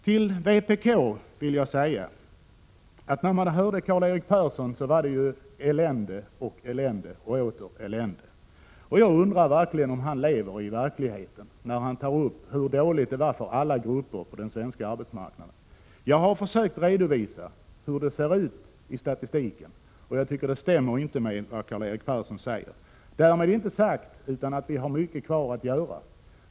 Till vpk vill jag säga att när man hörde Karl-Erik Persson tala var det elände och åter elände. Jag undrar faktiskt om han lever i verkligheten, när han talar om hur dåligt det var för alla grupper på den svenska arbetsmarknaden. Jag har försökt redovisa hur det ser ut enligt statistiken, och jag tycker inte att det stämmer med vad Karl-Erik Persson säger. Därmed är inte sagt att vi inte har mycket kvar att göra.